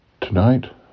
tonight